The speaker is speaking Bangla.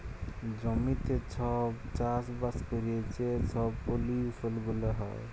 জমিতে ছব চাষবাস ক্যইরে যে ছব পলিউশল গুলা হ্যয়